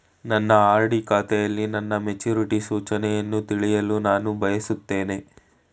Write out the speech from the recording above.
ನನ್ನ ಆರ್.ಡಿ ಖಾತೆಯಲ್ಲಿ ನನ್ನ ಮೆಚುರಿಟಿ ಸೂಚನೆಯನ್ನು ತಿಳಿಯಲು ನಾನು ಬಯಸುತ್ತೇನೆ